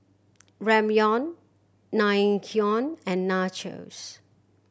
Ramyeon Naengmyeon and Nachos